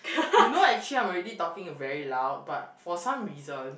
you know actually I'm already talking very loud but for some reason